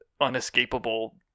unescapable